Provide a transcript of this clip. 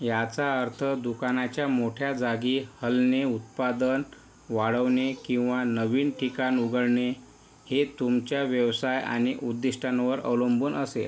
याचा अर्थ दुकानाच्या मोठ्या जागी हलणे उत्पादन वाढवणे किंवा नवीन ठिकाण उघडणे हे तुमच्या व्यवसाय आणि उद्दिष्टांवर अवलंबून असेल